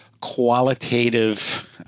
qualitative